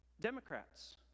Democrats